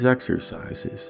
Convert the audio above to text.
exercises